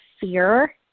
fear